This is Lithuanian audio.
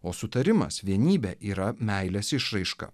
o sutarimas vienybė yra meilės išraiška